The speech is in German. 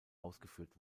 ausgeführt